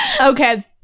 Okay